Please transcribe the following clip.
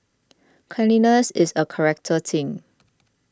cleanliness is a character thing